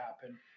happen